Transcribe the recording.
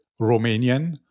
Romanian